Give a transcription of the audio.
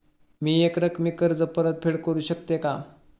मी एकरकमी कर्ज परतफेड करू शकते का?